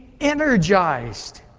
energized